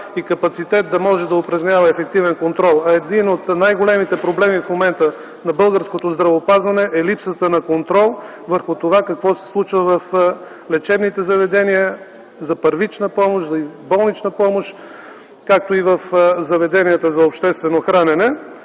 и капацитет, за да може да упражнява ефективен контрол. Един от най-големите проблеми в момента на българското здравеопазване е липсата на контрол върху това какво се случва в лечебните заведения за първична помощ, за болнична помощ, както и в заведенията за обществено хранене,